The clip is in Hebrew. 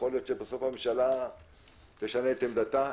יכול להיות שבסוף הממשלה תשנה את עמדתה.